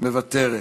מוותרת.